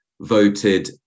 voted